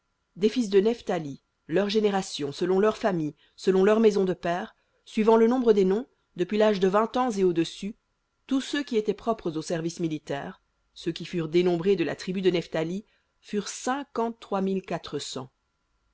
des fils de gad leurs générations selon leurs familles selon leurs maisons de pères suivant le nombre des noms depuis l'âge de vingt ans et au-dessus tous ceux qui étaient propres au service militaire ceux qui furent dénombrés de la tribu de gad furent